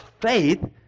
faith